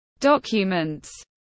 documents